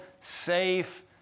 safe